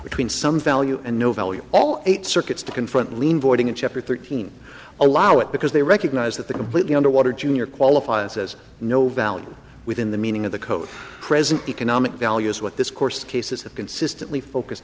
between some value and no value all eight circuits to confront lien voiding in chapter thirteen allow it because they recognize that the completely underwater jr qualifies as no value within the meaning of the code present economic value is what this course cases have consistently focused